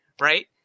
right